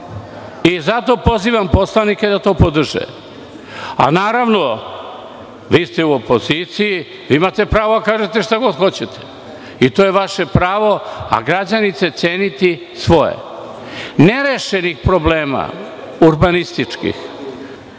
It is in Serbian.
i zato pozivam poslanike da to podrže, a naravno, vi ste u opoziciji, imate pravo da kažete šta god hoćete i to je vaše pravo a građani će ceniti svoje. Nerešenih problema urbanističkih